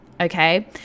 okay